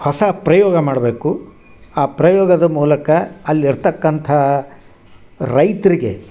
ಹೊಸ ಪ್ರಯೋಗ ಮಾಡಬೇಕು ಆ ಪ್ರಯೋಗದ ಮೂಲಕ ಅಲ್ಲಿರ್ತಕ್ಕಂಥಾ ರೈತರಿಗೆ